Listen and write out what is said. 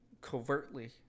covertly